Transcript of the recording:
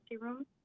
room